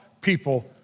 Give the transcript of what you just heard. people